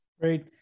Great